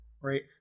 right